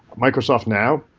microsoft now.